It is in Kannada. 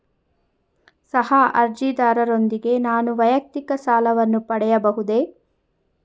ಸಹ ಅರ್ಜಿದಾರರೊಂದಿಗೆ ನಾನು ವೈಯಕ್ತಿಕ ಸಾಲವನ್ನು ಪಡೆಯಬಹುದೇ?